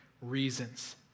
reasons